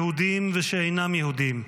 יהודים ושאינם יהודים,